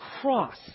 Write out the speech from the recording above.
cross